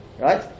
right